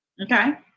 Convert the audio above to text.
Okay